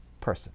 person